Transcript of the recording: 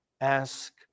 ask